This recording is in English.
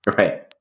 Right